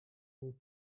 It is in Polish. nic